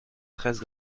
treize